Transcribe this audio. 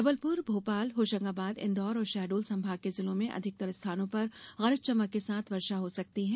जबलपुर भोपाल होशंगाबाद इंदौर और शहडोल संभाग के जिलों में अधिकतर स्थानों पर गरज चमक के साथ वर्षा हो सकती है